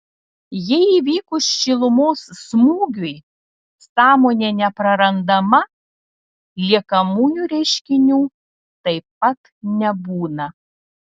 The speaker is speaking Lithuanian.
jei įvykus šilumos smūgiui sąmonė neprarandama liekamųjų reiškinių taip pat nebūna